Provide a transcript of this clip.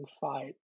fight